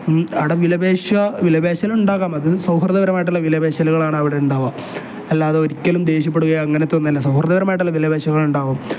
അവിടെ വിലപേശൽ വിലപേശൽ ഉണ്ടാകാം അത് സൗഹൃദപരമായിട്ടുള്ള വിലപേശലുകളാണ് അവിടെ ഉണ്ടാവുക അല്ലാതെ ഒരിക്കലും ദേഷ്യപ്പെടുക അങ്ങനത്തെ ഒന്നും അല്ല സൗഹൃദപരമായിട്ടുള്ള വിലപേശലുകൾ ഉണ്ടാാവും